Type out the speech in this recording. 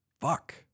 Fuck